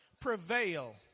prevail